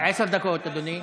עשר דקות, אדוני.